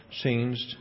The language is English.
changed